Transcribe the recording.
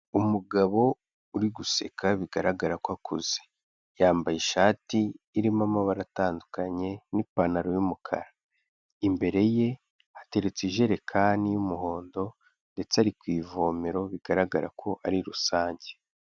Umugabo uri guseka bigaragara ko akuze, yambaye ishati irimo amabara atandukanye n'ipantaro y'umukara. Imbere ye hateretse ijerekani y'umuhondo ndetse ari ku ivomero bigaragara ko ari rusange.